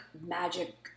magic